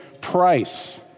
price